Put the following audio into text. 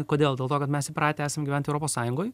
kodėl dėl to kad mes įpratę esam gyvent europos sąjungoj